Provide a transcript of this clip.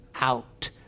out